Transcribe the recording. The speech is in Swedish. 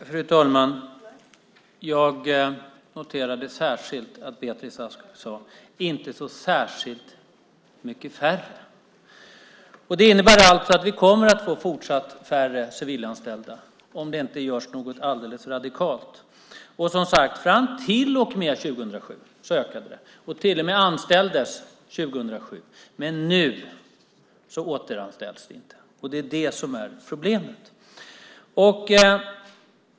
Fru talman! Jag noterade särskilt att Beatrice Ask sade: inte så särskilt mycket färre. Det innebär att vi kommer att få fortsatt färre civilanställda, om det inte görs något alldeles radikalt. Fram till och med 2007 ökade det, som sagt, och det till och med anställdes 2007, men nu återanställs det inte. Det är det som är problemet.